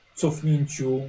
cofnięciu